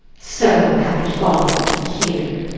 so hath it fallen here.